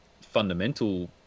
fundamental